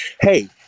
Hey